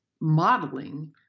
modeling